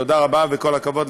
תודה רבה, וכל הכבוד לכולם.